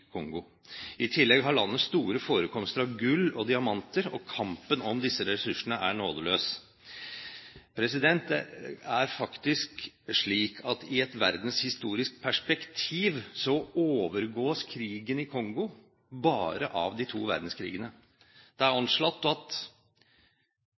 Kongo. I tillegg har landet store forekomster av gull og diamanter, og kampen om disse ressursene er nådeløs. I et verdenshistorisk perspektiv overgås krigen i Kongo bare av de to verdenskrigene. Det er